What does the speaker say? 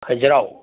Khajuraho